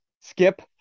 skip